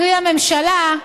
קרי הממשלה,